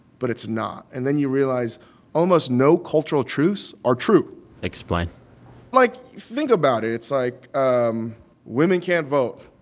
but it's not. and then you realize almost no cultural truths are true explain like think about it. it's like um women can't vote.